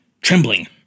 trembling